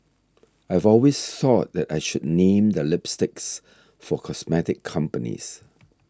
I've always thought that I should name the lipsticks for cosmetic companies